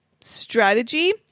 strategy